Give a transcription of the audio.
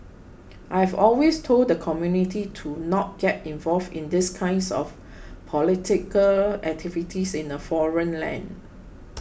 I've always told the community to not get involved in these kinds of political activities in a foreign land